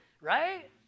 right